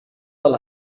tal